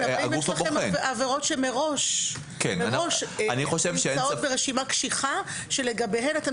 אבל אם יש עבירות שמראש נמצאות ברשימה קשיחה שלגביהן אתם